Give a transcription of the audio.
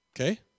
Okay